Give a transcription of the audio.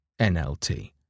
NLT